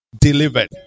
delivered